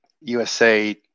USA